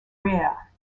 rare